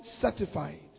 certified